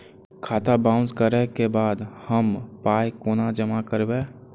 खाता बाउंस करै के बाद हम पाय कोना जमा करबै?